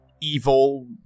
evil